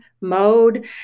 mode